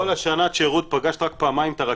בכל שנת השירות פגשת רק פעמיים את הרכזת?